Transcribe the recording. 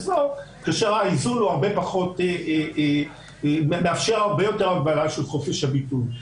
זו כאשר האיזון מאפשר הרבה יותר הגבלה של חופש הביטוי.